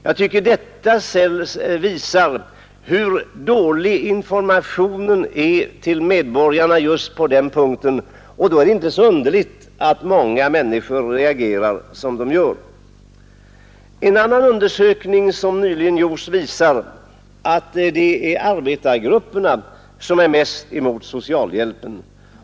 Jag tycker detta visar hur dålig informationen till medborgarna är just på den punkten. Därför är det inte så underligt att många människor reagerar som de gör. En annan undersökning som nyligen gjorts visar att det är arbetargrupperna som är mest emot socialhjälpen.